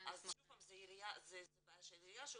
שוב פעם, זה בעיה של עירייה.